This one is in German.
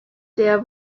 der